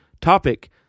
topic